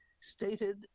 stated